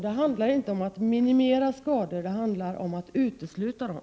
Det handlar inte om att minimera skador — det handlar om att utesluta dem!